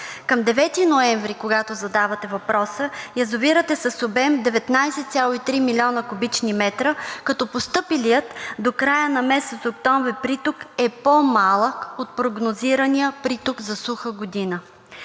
Към 9 ноември, когато задавате въпроса, язовирът е с обем 19,3 млн. куб. м, като постъпилият до края на месец октомври приток е по малък от прогнозирания приток за суха година.